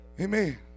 Amen